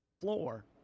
floor